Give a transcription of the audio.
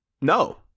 no